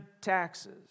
taxes